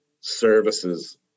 services